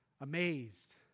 amazed